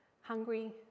hungry